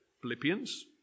Philippians